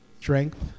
strength